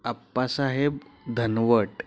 Appasaheb Dhanwat